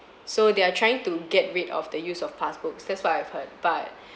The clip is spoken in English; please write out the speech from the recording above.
so they are trying to get rid of the use of passbooks that's what I've heard but